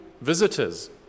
visitors